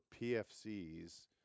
PFC's